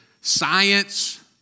science